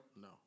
No